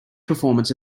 performance